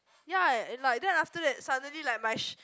ya and like then after that suddenly like my shirt